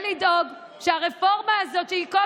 לדאוג שהרפורמה הזו בבריאות הנפש,